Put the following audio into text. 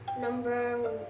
number